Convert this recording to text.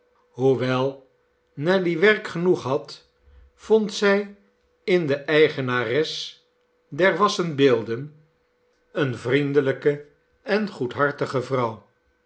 hoewel nelly werk genoeg had vond zij in de eigenares der wassen beelden eene vriennelly delijke en goedhartige vrouw